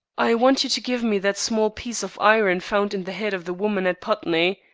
i want you to give me that small piece of iron found in the head of the woman at putney,